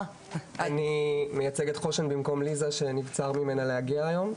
אני מייצג את חוש"ן במקום ליזה שנבצר ממנה להגיע היום.